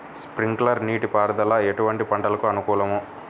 Sprinkler నీటిపారుదల ఎటువంటి పంటలకు అనుకూలము?